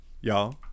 y'all